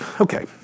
Okay